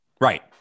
Right